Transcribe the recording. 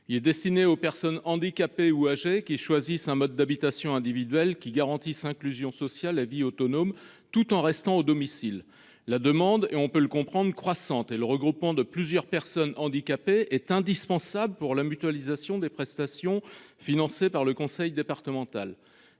Il est destiné aux personnes handicapées ou âgées qui choisissent un mode d'habitation individuelle qui garantissent inclusion sociale à vie autonome tout en restant au domicile la demande et on peut le comprendre croissante et le regroupement de plusieurs personnes handicapées est indispensable pour la mutualisation des prestations financées par le conseil départemental